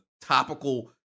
topical